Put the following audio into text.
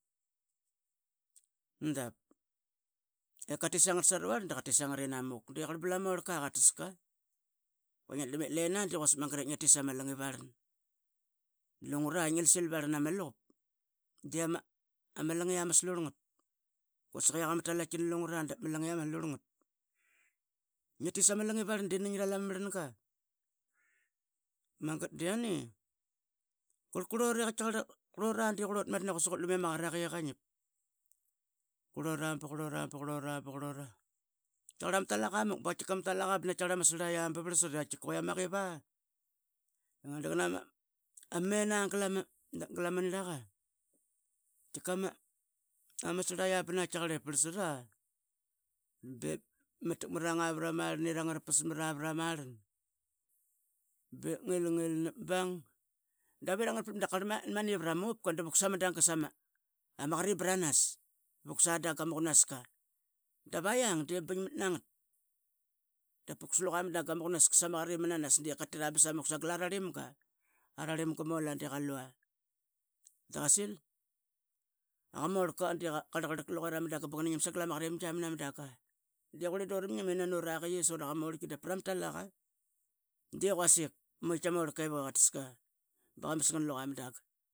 Dap i qatit sangat saruvarl da qa tdan sangat ina muk de blama orlka qats ka que ngi atdram ip lina de qurli ngi atit sama langi vrlan. Lungura i ngi sil varlan ama laqup, de ama langia ama slurlngat ngiatit sama langi vrlan de nani ngi ralama mrlanga magat da i yani. qurlura i qrlut madan i quasik utdrlam i aqa ma qaqaraqa i yi i qa ngip. Qarlura ba qurlurg ba qurlura. ba qurlura i qaitkaqarl i qaitkqarl ama talak amuk i ama srlaiyia ba vrlsat i que ama qiva. da ngama mina glama nirlaqa tkika amasrlaiyia be parlsat a da ma takmariring vrlama i rang ngara pasmat prama rlan. Biip ngilngil na bang. davarang ngra. da qarl mani vrama upa da vuksa danga sama qarim pranas vuksa danga ma qunaska dap a yiang de bingmat nangat. dapvuk sluqa ma qunaska sama qarimmnanas. de qatria bsamu sagal a rarlimga. ararlimga ma olan de qalua. Da qasil. aqa morlka qa rlaqqralk luqera ma danga ba gan ingim sagal ama qarimgi mna madanga. Dequrli dura mngim i nani vuk suraqie ma orlka vrama talaqa de quasik i mitki ama orlka i vuk i qataska ngan luqa ma danga.